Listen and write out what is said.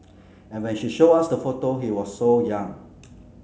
and when she showed us the photo he was so young